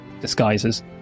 disguises